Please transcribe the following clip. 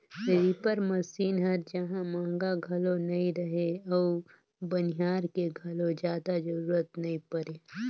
reaper machine हर जहां महंगा घलो नई रहें अउ बनिहार के घलो जादा जरूरत नई परे